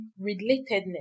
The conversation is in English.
relatedness